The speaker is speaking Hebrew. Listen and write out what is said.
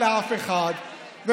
אף אחד לא רוצה לקחת את זכות ההפגנה.